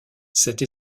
cette